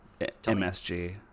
MSG